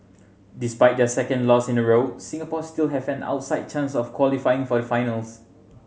despite their second loss in a row Singapore still have an outside chance of qualifying for the final